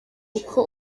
uko